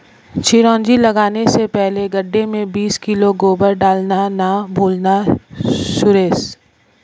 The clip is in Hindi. चिरौंजी लगाने से पहले गड्ढे में बीस किलो गोबर डालना ना भूलना सुरेश